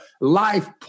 life